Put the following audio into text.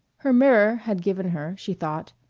her mirror had given her, she thought,